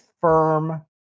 firm